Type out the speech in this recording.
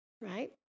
right